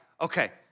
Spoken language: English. Okay